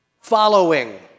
Following